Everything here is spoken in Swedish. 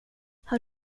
har